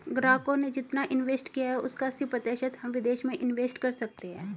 ग्राहकों ने जितना इंवेस्ट किया है उसका अस्सी प्रतिशत हम विदेश में इंवेस्ट कर सकते हैं